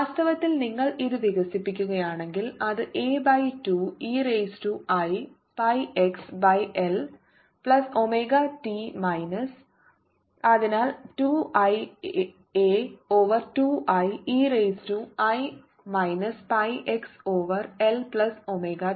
വാസ്തവത്തിൽ നിങ്ങൾ ഇത് വികസിപ്പിക്കുകയാണെങ്കിൽ അത് A by 2 e raise to i pi x by L plus omega t minus അതിനാൽ 2 i A over 2 i e raise to i minus pi x over L plus omega t